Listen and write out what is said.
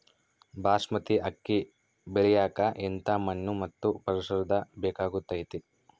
ಬಾಸ್ಮತಿ ಅಕ್ಕಿ ಬೆಳಿಯಕ ಎಂಥ ಮಣ್ಣು ಮತ್ತು ಪರಿಸರದ ಬೇಕಾಗುತೈತೆ?